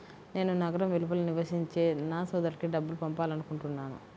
నేను నగరం వెలుపల నివసించే నా సోదరుడికి డబ్బు పంపాలనుకుంటున్నాను